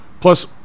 Plus